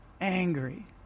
angry